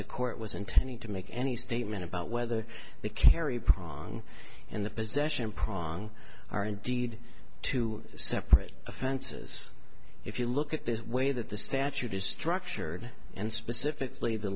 the court was intending to make any statement about whether the carry prong in the possession prong are indeed two separate offenses if you look at this way that the statute is structured and specifically the